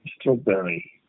Strawberry